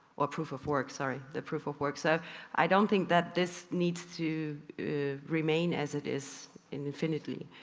or proof-of-work sorry, the proof-of-work. so i don't think that this needs to remain as it is, infinitely.